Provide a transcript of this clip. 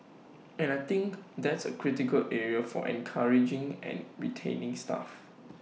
and I think that's A critical area for encouraging and retaining staff